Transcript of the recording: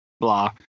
blah